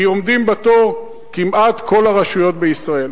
כי עומדות בתור כמעט כל הרשויות בישראל.